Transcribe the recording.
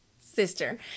Sister